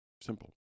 simple